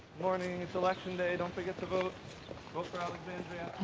morning. it's election day. don't forget to vote. vote for alexandria.